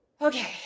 okay